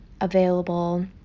available